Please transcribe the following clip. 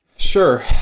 Sure